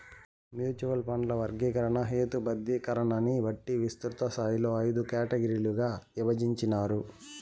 mutual ఫండ్ల వర్గీకరణ, హేతబద్ధీకరణని బట్టి విస్తృతస్థాయిలో అయిదు కేటగిరీలుగా ఇభజించినారు